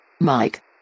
Mike